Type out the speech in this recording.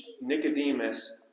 Nicodemus